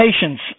patience